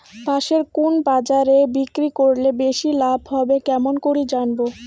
পাশের কুন বাজারে বিক্রি করিলে বেশি লাভ হবে কেমন করি জানবো?